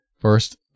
first